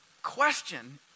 question